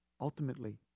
ultimately